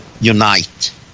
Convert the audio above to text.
unite